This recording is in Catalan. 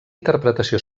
interpretació